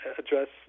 address